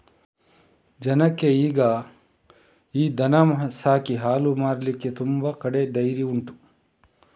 ಜನಕ್ಕೆ ಈಗ ಈ ದನ ಸಾಕಿ ಹಾಲು ಮಾರ್ಲಿಕ್ಕೆ ತುಂಬಾ ಕಡೆ ಡೈರಿ ಉಂಟು